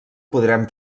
podrem